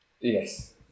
Yes